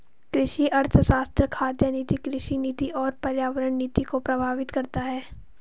कृषि अर्थशास्त्र खाद्य नीति, कृषि नीति और पर्यावरण नीति को प्रभावित करता है